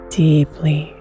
deeply